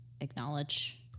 acknowledge